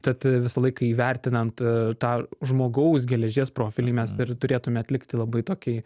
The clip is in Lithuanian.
tad visą laiką įvertinant tą žmogaus geležies profilį mes ir turėtume atlikti labai tokį